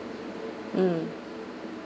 mm